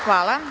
Hvala.